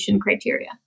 criteria